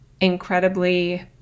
incredibly